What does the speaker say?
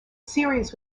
series